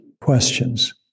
questions